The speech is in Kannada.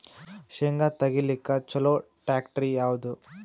ಶೇಂಗಾ ತೆಗಿಲಿಕ್ಕ ಚಲೋ ಟ್ಯಾಕ್ಟರಿ ಯಾವಾದು?